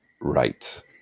Right